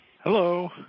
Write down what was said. Hello